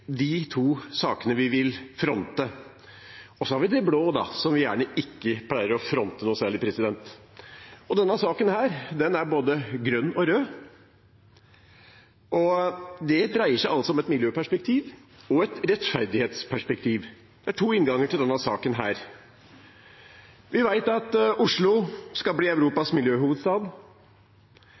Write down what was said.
de røde sakene – dvs. de to sakene vi vil fronte – og så har vi de blå, som vi ikke pleier å fronte noe særlig. Denne saken er både grønn og rød, det dreier seg om et miljøperspektiv og et rettferdighetsperspektiv. Det er to innganger til denne saken. Vi vet at Oslo skal bli Europas miljøhovedstad.